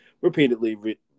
repeatedly